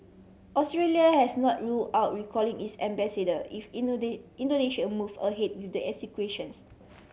Australia has not rule out recalling its ambassador if Indonesia move ahead with the executions